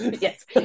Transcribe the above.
Yes